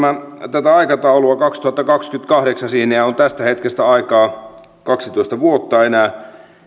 tätä aikataulua kaksituhattakaksikymmentäkahdeksan siihenhän on tästä hetkestä aikaa kaksitoista vuotta enää